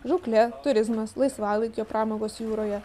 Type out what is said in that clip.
žūklė turizmas laisvalaikio pramogos jūroje